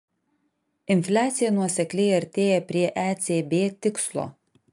infliacija nuosekliai artėja prie ecb tikslo